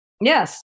Yes